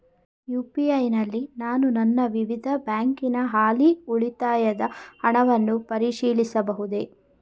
UPI ನಲ್ಲಿ ನಾನು ನನ್ನ ವಿವಿಧ ಬ್ಯಾಂಕಿನ ಹಾಲಿ ಉಳಿತಾಯದ ಹಣವನ್ನು ಪರಿಶೀಲಿಸಬಹುದೇ?